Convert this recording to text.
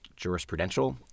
jurisprudential